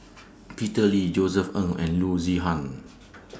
Peter Lee Josef Ng and Loo Zihan